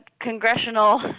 congressional